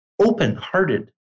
open-hearted